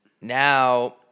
now